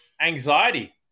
anxiety